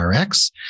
RX